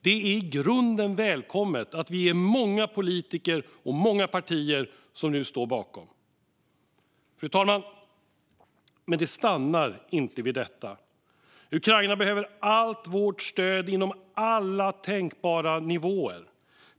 Det är i grunden välkommet att vi är många politiker och partier som nu står bakom detta. Fru talman! Det stannar inte vid detta. Ukraina behöver allt vårt stöd inom alla tänkbara nivåer.